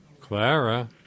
Clara